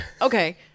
okay